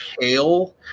kale